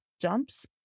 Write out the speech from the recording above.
jumps